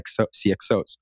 CXOs